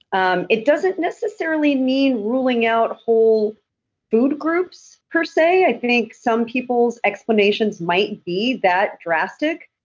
um it doesn't necessarily mean ruling out whole food groups, per se. i think some people's explanations might be that drastic.